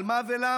על מה ולמה?